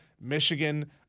Michigan